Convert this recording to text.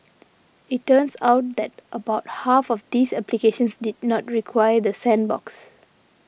it turns out that about half of these applications did not require the sandbox